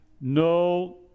No